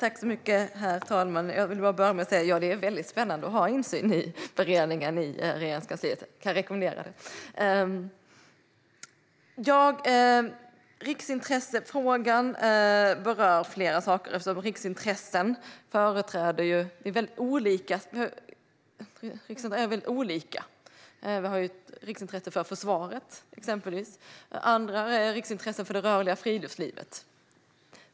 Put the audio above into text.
Herr talman! Jag vill börja med att säga att det är väldigt spännande att ha insyn i beredningen i Regeringskansliet - jag kan rekommendera det! Riksintressefrågan berör flera saker. Vi har exempelvis ett riksintresse för försvaret och andra riksintressen för det rörliga friluftslivet.